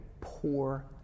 poor